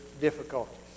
difficulties